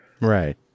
Right